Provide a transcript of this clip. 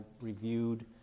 reviewed